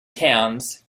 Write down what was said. towns